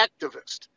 activist